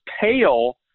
pale